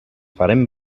farem